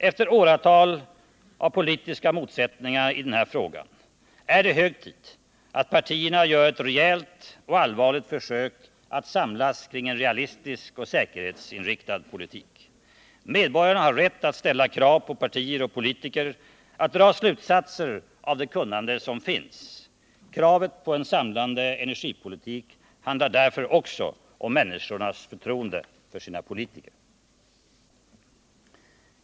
Efter åratal av politiska motsättningar i den här frågan är det hög tid att partierna gör ett rejält och allvarligt försök att samlas kring en realistisk och säkerhetsinriktad politik. Medborgarna har rätt att ställa krav på partier och politiker att dra slutsatser av det kunnande som finns. Kravet på en samlande energipolitik handlar därför också om människors förtroende för sina politiker.